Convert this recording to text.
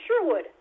Sherwood